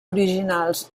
originals